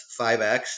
5X